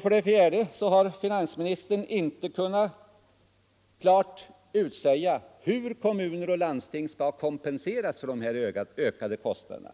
För det fjärde har finansministern inte kunnat klart utsäga hur kommuner och landsting skall kompenseras för dessa ökade kostnader.